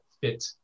fit